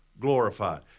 glorified